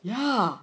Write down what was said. yeah